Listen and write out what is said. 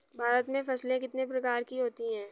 भारत में फसलें कितने प्रकार की होती हैं?